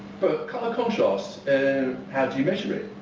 but colour contrast and how do you measure it?